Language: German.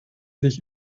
dich